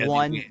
one